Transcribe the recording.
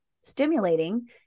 stimulating